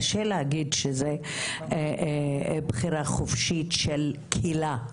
קשה להגיד שזה בחירה חופשית של קהילה.